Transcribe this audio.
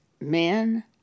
men